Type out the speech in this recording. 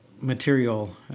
material